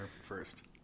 first